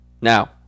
Now